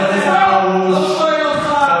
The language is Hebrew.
אף אחד לא שואל אותך.